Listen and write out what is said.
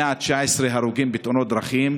הוא 119 הרוגים בתאונות דרכים.